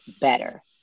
better